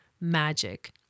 magic